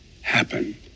happen